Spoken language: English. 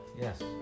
yes